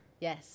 Yes